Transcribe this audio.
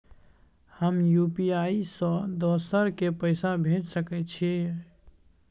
हम यु.पी.आई से दोसर के पैसा भेज सके छीयै?